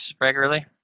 regularly